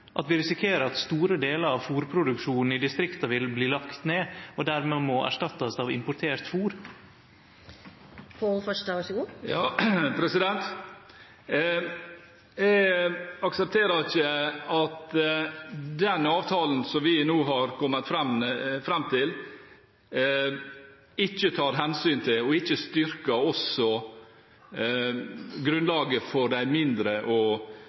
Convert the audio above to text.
at vi risikerer at store delar av fôrproduksjonen i distrikta vil bli lagde ned og dermed må erstattast av importert fôr? Jeg aksepterer ikke at den avtalen som vi nå har kommet fram til, ikke tar hensyn til og ikke styrker grunnlaget for de mindre og